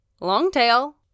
long-tail